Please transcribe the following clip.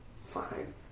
Fine